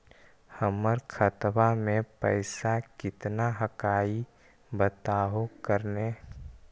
हमर खतवा में पैसा कितना हकाई बताहो करने?